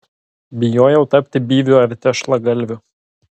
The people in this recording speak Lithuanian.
bijojau tapti byviu ar tešlagalviu